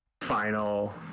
final